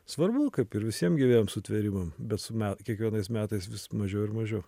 svarbu kaip ir visiem gyviem sutvėrimam bet su kiekvienais metais vis mažiau ir mažiau